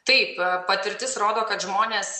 taip patirtis rodo kad žmonės